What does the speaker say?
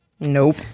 Nope